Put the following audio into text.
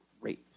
great